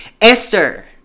Esther